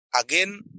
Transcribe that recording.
again